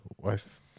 wife